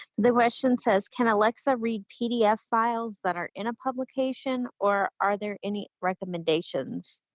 the question says can alexa read pdf files that are in a publication or are there any recommendations?